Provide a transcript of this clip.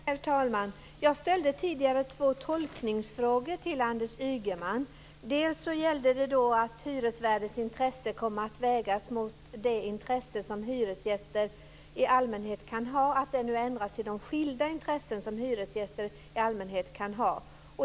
Herr talman! Jag ställde tidigare två tolkningsfrågor till Anders Ygeman. Det gällde bl.a. den ändring som nu kommer att bli när det gäller att hyresvärdens intresse kommer att vägas mot "det intresse" som hyresgäster i allmänhet kan ha. Det ändras nu till "de skilda intressen" som hyresgäster i allmänhet kan ha.